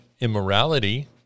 immorality